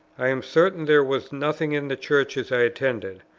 i am certain there was nothing in the churches i attended,